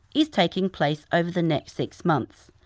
is taking place over the next six months.